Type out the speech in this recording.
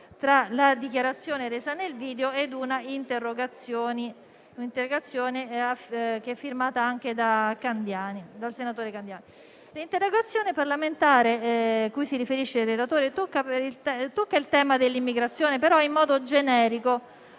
tra la dichiarazione resa nel video ed una interrogazione firmata anche dal senatore Candiani. L'interrogazione parlamentare cui si riferisce il relatore tocca il tema dell'immigrazione, però in modo generico,